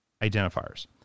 identifiers